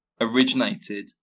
originated